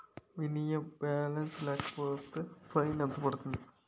Minimum balance లేకపోతే fine ఎంత పడుతుంది?